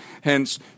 hence